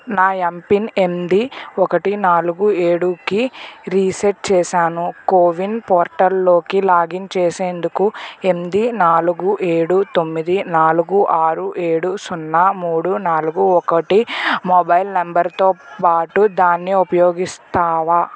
నా ఎంపిన్ ఎనిమిది ఒకటి నాలుగు ఏడుకి రీసెట్ చేశాను కో విన్ పోర్టల్లోకి లాగిన్ చేసేందుకు ఎనిమిది నాలుగు ఏడు తొమ్మిది నాలుగు ఆరు ఏడు సున్నా మూడు నాలుగు ఒకటి మొబైల్ నంబరుతో పాటు దాన్ని ఉపయోగిస్తావా